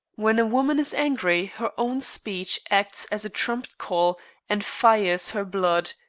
when a woman is angry her own speech acts as a trumpet-call and fires her blood.